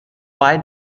why